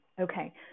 Okay